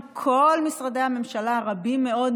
עם כל משרדי הממשלה הרבים מאוד,